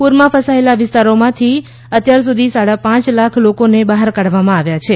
પૂરમાં ફસાયેલા વિસ્તારોમાંથી અત્યાર સુધી સાડા પાંચ લાખ લોકોને બહાર કાઢવામાં આવ્યાં છે